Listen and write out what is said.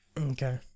Okay